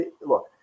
Look